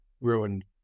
ruined